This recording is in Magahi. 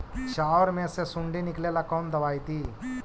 चाउर में से सुंडी निकले ला कौन दवाई दी?